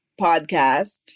podcast